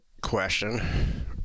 question